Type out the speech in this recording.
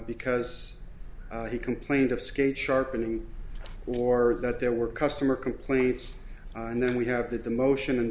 because he complained of skate sharpening or that there were customer complaints and then we have that the motion and